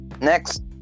Next